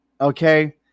okay